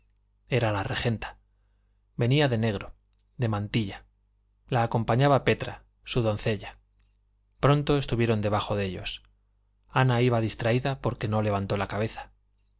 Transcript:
era la regenta venía de negro de mantilla la acompañaba petra su doncella pronto estuvieron debajo de ellos ana iba distraída porque no levantó la cabeza